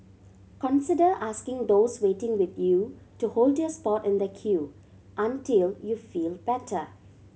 consider asking those waiting with you to hold your spot in the queue until you feel better